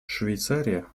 швейцария